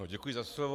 Děkuji za slovo.